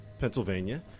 Pennsylvania